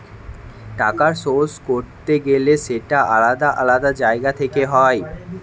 টাকার সোর্স করতে গেলে সেটা আলাদা আলাদা জায়গা থেকে হয়